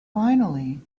finally